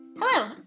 Hello